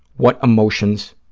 what emotions